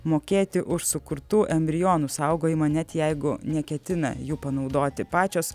mokėti už sukurtų embrionų saugojimą net jeigu neketina jų panaudoti pačios